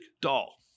doll